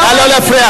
נא לא להפריע.